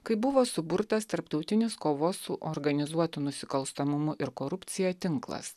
kai buvo suburtas tarptautinis kovos su organizuotu nusikalstamumu ir korupcija tinklas